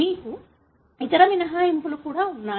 మీకు ఇతర మినహాయింపులు కూడా ఉన్నాయి